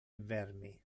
vermi